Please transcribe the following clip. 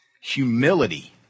Humility